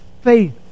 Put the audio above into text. faith